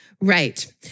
Right